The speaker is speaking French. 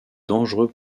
dangereux